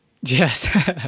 Yes